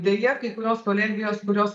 deja kai kurios kolegijos kurios